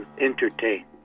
entertain